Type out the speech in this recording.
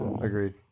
agreed